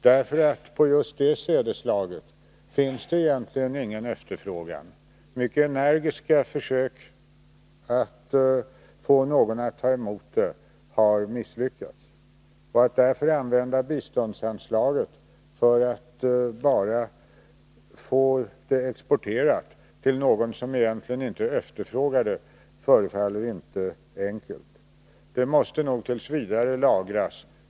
Just på sädesslaget havre finns det ingen egentlig efterfrågan. Mycket energiska försök har gjorts att få något land att ta emot vårt överskott, men försöken har misslyckats. Att använda biståndsanslaget till att bara få havret exporterat till någon som egentligen inte efterfrågar det, förefaller inte vara en enkel lösning. Överskottet måste nog t. v. lagras.